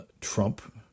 Trump